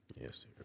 Yes